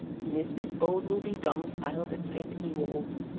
mrs bold will be domiciled at st ewold's'